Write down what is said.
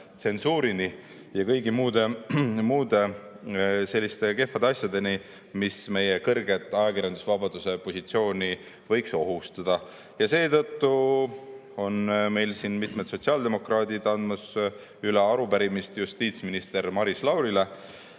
enesetsensuurini ja kõigi muude selliste kehvade asjadeni, mis meie kõrget ajakirjandusvabaduse positsiooni võiks ohustada. Seetõttu on mul üle anda mitme sotsiaaldemokraadi arupärimine justiitsminister Maris Laurile.